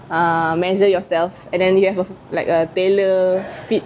uh measure yourself and then you have a like a tailor fit